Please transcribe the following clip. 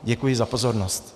Děkuji za pozornost.